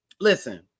Listen